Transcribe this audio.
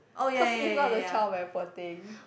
cause if not the child very poor thing